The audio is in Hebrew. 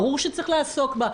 ברור שצריך לעסוק בה,